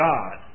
God